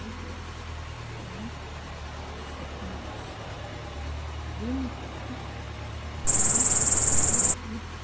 রুটোস and stems green কপি এবং পেয়েটিভ